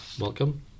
welcome